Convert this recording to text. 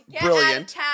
brilliant